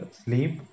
sleep